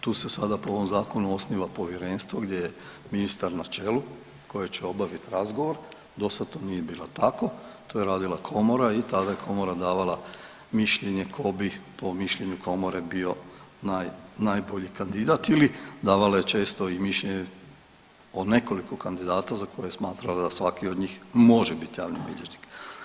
Tu se sada po ovom zakonu osniva povjerenstvo gdje je ministar na čelu koje će obavit razgovor, dosad to nije bilo tako, to je radila komora i tada je komora davala mišljenje ko bi po mišljenju komore bio naj, najbolji kandidat ili davala je često i mišljenje o nekoliko kandidata za koje je smatrala da svaki od njih može biti javni bilježnik.